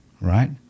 right